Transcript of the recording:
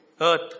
earth